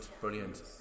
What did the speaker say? brilliant